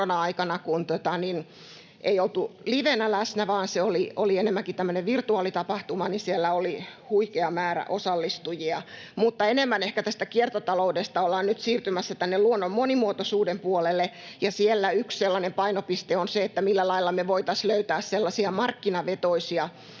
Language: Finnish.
kun ei oltu livenä läsnä vaan se oli enemmänkin tämmöinen virtuaalitapahtuma, siellä oli huikea määrä osallistujia. Mutta ehkä tästä kiertotaloudesta ollaan nyt enemmän siirtymässä tänne luonnon monimuotoisuuden puolelle, ja siellä yksi sellainen painopiste on se, millä lailla me voitaisiin löytää sellaisia markkinavetoisia